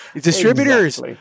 distributors